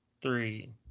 three